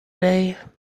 day